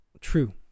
true